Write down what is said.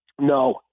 No